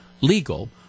legal